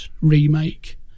remake